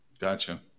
gotcha